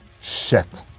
shit,